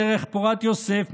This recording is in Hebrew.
דרך פורת יוסף,